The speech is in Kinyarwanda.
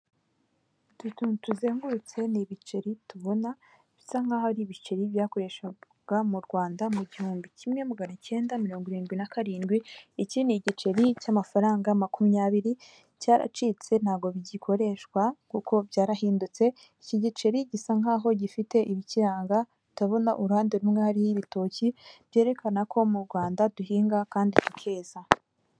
Utuntu tuzengurutse, ni ibiceri tubona bisa nk'aho ari ibiceri byakoreshwaga mu Rwanda mu gihumbi kimwe magana cyenda mirongo irindwi n'akarindwi, iki ni igiceri cy'amafaranga makumyabiri cyaracitse ntago bigikoreshwa kuko byarahindutse iki giceri gisa nkaho gifite ibikiranga ndabona ururande mwari y'ibitoki byerekana ko mu Rwanda duhinga kandi tukeza.